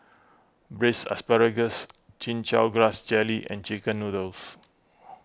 Braised Asparagus Chin Chow Grass Jelly and Chicken Noodles